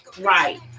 right